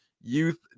youth